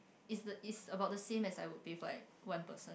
it's the it's about the same as I would pay for about like one person